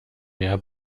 mehr